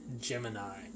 Gemini